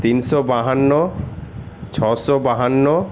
তিনশো বাহান্ন ছশো বাহান্ন